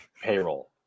payroll